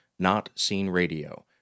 notseenradio